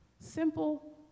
simple